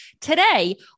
Today